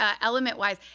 element-wise